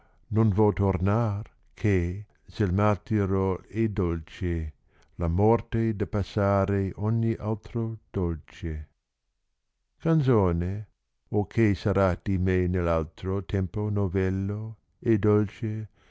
nò vo tornar che se u martiro è dolce la morte de passare ogni altro dolce canzone or che sarà di me nelp altro tempo novello e dolce